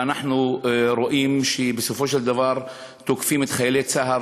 ואנחנו רואים שבסופו של דבר תוקפים את חיילי צה"ל.